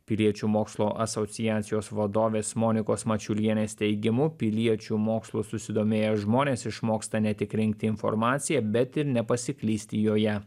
piliečių mokslo asociacijos vadovės monikos mačiulienės teigimu piliečių mokslu susidomėję žmonės išmoksta ne tik rinkti informaciją bet ir nepasiklysti joje